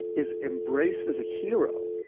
is embraced as a hero.